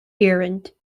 errand